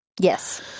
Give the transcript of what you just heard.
Yes